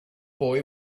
boy